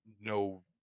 No